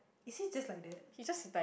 is he just like that